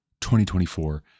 2024